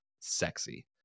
sexy